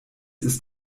ist